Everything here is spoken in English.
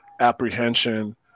apprehension